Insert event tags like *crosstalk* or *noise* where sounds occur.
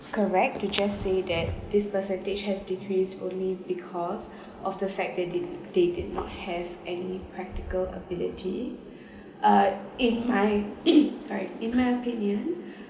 correct to just say that this percentage has decreased only because of the fact they did they did not have any practical ability uh in my *coughs* sorry in my opinion